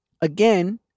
Again